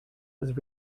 was